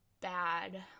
bad